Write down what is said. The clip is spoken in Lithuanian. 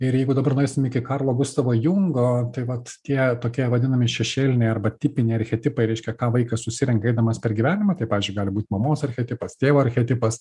ir jeigu dabar nueisim iki karlo gustavo jungo tai vat tie tokie vadinami šešėliniai arba tipiniai archetipai reiškia ką vaikas susirenka eidamas per gyvenimą tai pavyzdžiui gali būt mamos archetipas tėvo archetipas